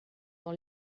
dans